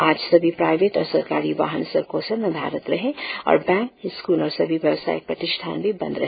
आज सभी प्राईवेट और सरकारी वाहन सड़कों से नदारद रहे और बैंक स्कूल और सभी व्यवसायिक प्रतिष्ठान भी बंद रहे